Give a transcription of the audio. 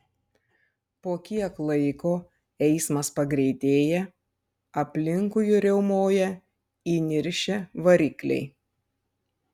po kiek laiko eismas pagreitėja aplinkui riaumoja įniršę varikliai